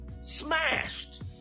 Smashed